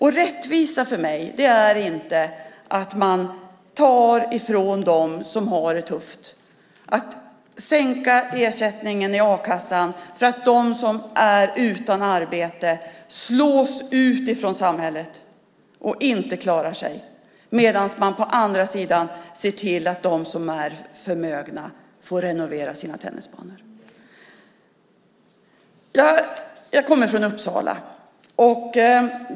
Rättvisa för mig är inte att man tar från dem som har det tufft, sänker ersättningen i a-kassan så att de som är utan arbete slås ut från samhället och inte klarar sig. På andra sidan ser man till att de som är förmögna får renovera sina tennisbanor. Jag kommer från Uppsala.